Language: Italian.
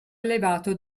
allevato